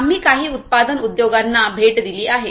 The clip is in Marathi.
आम्ही काही उत्पादन उद्योगांना भेट दिली आहे